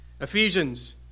Ephesians